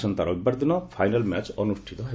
ଅସାନ୍ତା ରବିବାର ଦିନ final match ଅନୁଷ୍ଠିତ ହେବ